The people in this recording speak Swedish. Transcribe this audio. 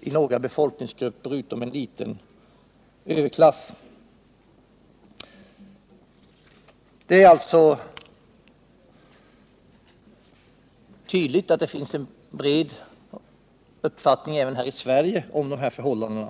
i några befolkningsgrupper utom en liten överklass. Det är alltså tydligt att det finns en brett förankrad uppfattning även här i Sverige om dessa förhållanden.